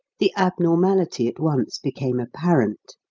the abnormality at once became apparent.